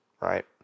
right